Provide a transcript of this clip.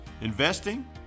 investing